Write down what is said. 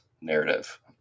narrative